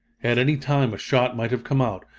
at any time a shot might have come out,